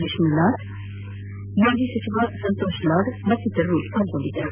ವಿಷ್ಣುನಾಥ ಮಾಜಿ ಸಚಿವ ಸಂತೋಷ್ ಲಾಡ್ ಮತ್ತಿತರರು ಪಾಲ್ಗೊಂಡಿದ್ದರು